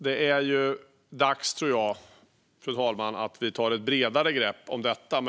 Jag tror att det är dags, fru talman, att vi tar ett bredare grepp om detta.